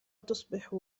تصبح